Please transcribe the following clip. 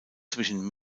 zwischen